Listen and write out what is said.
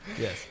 Yes